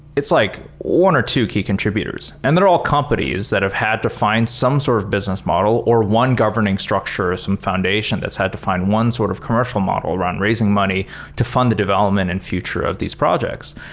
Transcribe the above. it's like one or two key contributors, and they're all companies that have had to find some sort of business model or one governing structure or some foundation that's had to find one sort of commercial model around raising money to fund the development and future of these these projects.